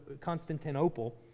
Constantinople